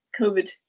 COVID